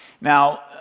now